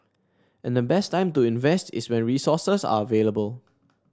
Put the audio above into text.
and the best time to invest is when resources are available